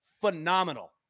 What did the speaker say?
Phenomenal